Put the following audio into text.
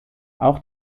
auch